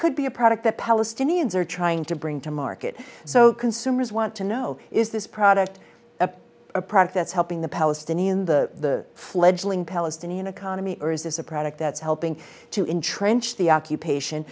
could be a product that palestinians are trying to bring to market so consumers want to know is this product a product that's helping the palestinian the fledgling palestinian economy or is this a product that's helping to entrench the occupation